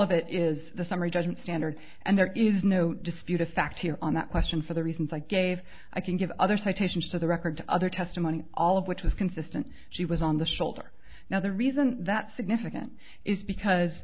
of it is the summary judgment standard and there is no dispute a fact here on that question for the reasons i gave i can give other citations to the record other testimony all of which is consistent she was on the shoulder now the reason that's significant is because